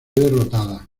derrotada